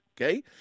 okay